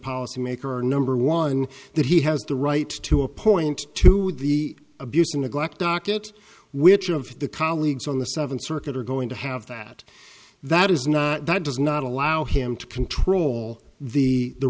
policymaker number one that he has the right to appoint to the abuse or neglect docket which of the colleagues on the seventh circuit are going to have that that is not that does not allow him to control the